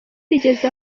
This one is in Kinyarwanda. rigeze